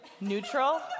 neutral